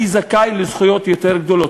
אני זכאי כאן לזכויות יותר גדולות.